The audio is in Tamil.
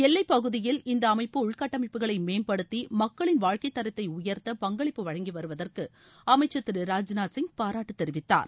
எல்லைப் பகுதியில் இந்த அமைப்பு உள்கட்டமைப்புகளை மேம்படுத்தி மக்களின் வாழ்க்கை தரத்தை உயர்த்த பங்களிப்பு வழங்கிவருவதற்கு அமைச்சர் திரு ராஜ்நாத் சிங் பாராட்டு தெரிவித்தார்